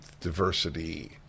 diversity